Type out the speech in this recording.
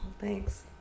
thanks